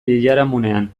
biharamunean